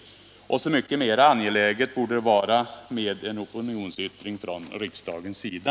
Men då borde det ju vara så mycket mera angeläget med en opionionsyttring från riksdagens sida.